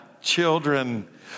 children